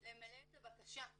למלא את הבקשה.